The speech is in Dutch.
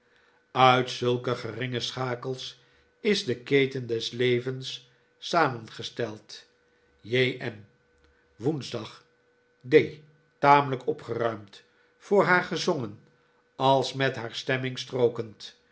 uit zulke geringe schakels is de keten des levens samengesteld j m woensdag d tamelijk opgeruimd voor haar gezongen als met haar stemming strookend